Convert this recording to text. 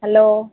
hello